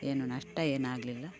ಏನೂ ನಷ್ಟ ಏನು ಆಗಲಿಲ್ಲ